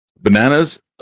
Bananas